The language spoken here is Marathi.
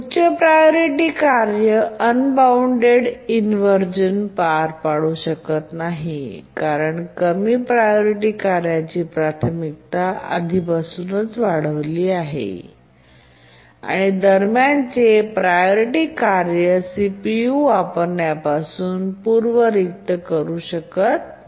उच्च प्रायोरिटी कार्य अनबाउंड इनव्हर्जन पार करू शकत नाही कारण कमी प्रायोरिटी कार्यांची प्राथमिकता आधीपासूनच वाढली आहे आणि दरम्यानचे प्रायोरिटी कार्य सीपीयू वापरण्यापासून खरोखर पूर्व रिक्त करू शकत नाही